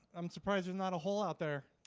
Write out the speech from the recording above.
i'm surprised there's not a hole out there